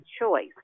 choice